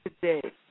today